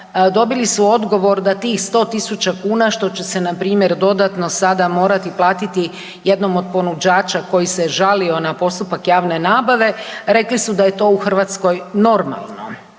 dobili su odgovor da tih 100.000 kuna što će se npr. dodatno morati sada platiti jednom od ponuđača koji se žalio na postupak javne nabave rekli su da je to u Hrvatskoj normalno.